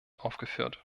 aufgeführt